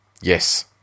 yes